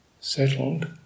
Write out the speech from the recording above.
settled